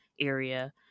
area